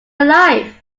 alive